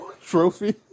trophy